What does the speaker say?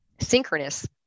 synchronous